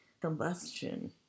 combustion